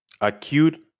Acute